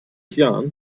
jahren